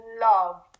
love